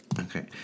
Okay